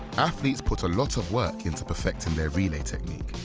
athletes put a lot of work into perfecting their relay technique.